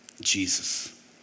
Jesus